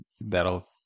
That'll